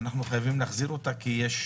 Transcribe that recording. אנחנו חייבים להחזיר אותה כי יש